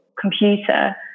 computer